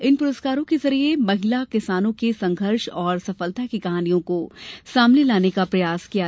इन पुरस्कारों के जरिए महिला किसानों के संघर्ष और सफलता की कहानियों को सामने लाने का प्रयास किया जाएगा